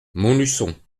montluçon